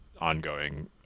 ongoing